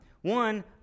One